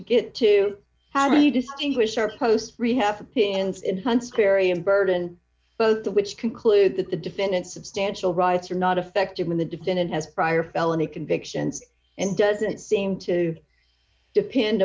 to get to how do you distinguish your post re have opinions events carry a burden both of which conclude that the defendant substantial rights are not affected when the defendant has prior felony convictions and doesn't seem to depend